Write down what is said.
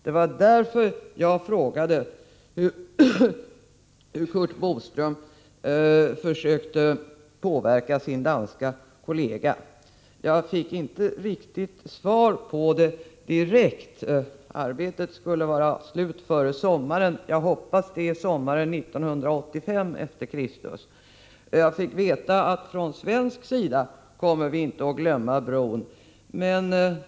Det var därför jag frågade hur Curt Boström försöker påverka sin danska kollega. Jag fick inte något direkt svar på den frågan. Arbetet skulle vara slut före sommaren — jag hoppas det är sommaren 1985 e. Kr. som avses. Jag fick veta att vi från svensk sida inte kommer att glömma bron.